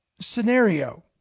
scenario